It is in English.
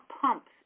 pumps